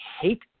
hate